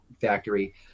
factory